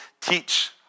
teach